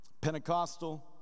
Pentecostal